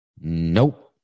Nope